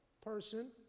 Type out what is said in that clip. person